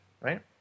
right